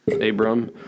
Abram